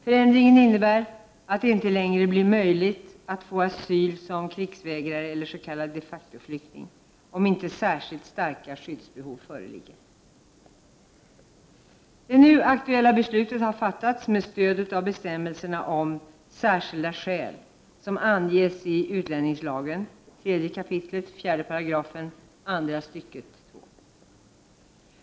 Förändringen innebär att det inte längre blir möjligt att få asyl som krigsvägrare eller s.k. de factoflyktingar, om inte särskilt starka skyddsbehov föreligger. Det nu aktuella beslutet har fattats med stöd av bestämmelserna om ”särskilda skäl” som anges i utlänningslagen 3 kap. 4§ andra stycket 2.